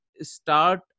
start